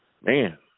Man